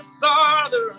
farther